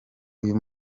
uyu